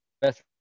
best